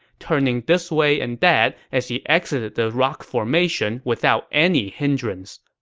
turning this way and that as he exited the rock formation without any hindrance.